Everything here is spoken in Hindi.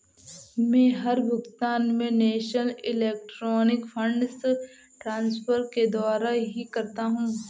मै हर भुगतान नेशनल इलेक्ट्रॉनिक फंड्स ट्रान्सफर के द्वारा ही करता हूँ